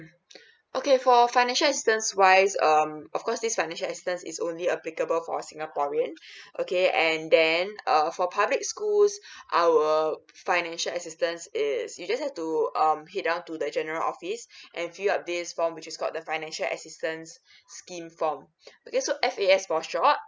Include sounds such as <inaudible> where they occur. okay for financial assistance wise um of course this financial assistance is only applicable or singaporean <breath> okay and then uh for public schools our financial assistance is you just have to um head down to the general office and fill up this form which is called the financial assistance scheme form okay so F_A_S for short